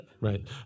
right